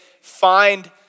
find